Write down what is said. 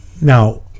Now